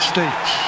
States